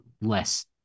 less